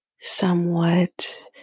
somewhat